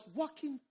walking